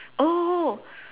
oh